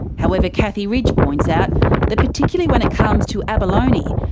however, kathy ridge points out that particularly when it comes to abalone,